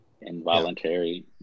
Involuntary